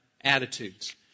attitudes